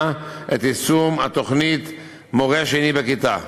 את יישום התוכנית "מורה שני בכיתה".